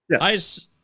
Yes